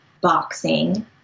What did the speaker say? boxing